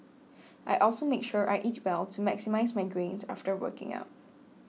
I also make sure I eat well to maximise my gains after working out